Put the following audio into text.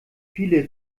viele